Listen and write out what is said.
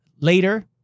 later